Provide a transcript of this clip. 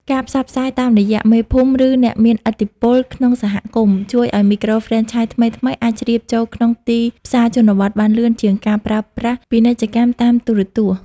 ការផ្សព្វផ្សាយតាមរយៈ "មេភូមិ ឬអ្នកមានឥទ្ធិពលក្នុងសហគមន៍" ជួយឱ្យមីក្រូហ្វ្រេនឆាយថ្មីៗអាចជ្រាបចូលក្នុងទីផ្សារជនបទបានលឿនជាងការប្រើប្រាស់ពាណិជ្ជកម្មតាមទូរទស្សន៍។